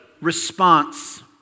response